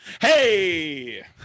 hey